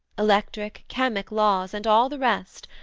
electric, chemic laws, and all the rest,